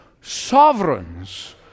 Sovereigns